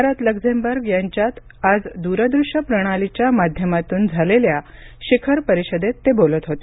Bharat Luxembourg यांच्यात आज दूरदृश्य प्रणालीच्या माध्यमातून झालेल्या शिखर परिषदेत ते बोलत होते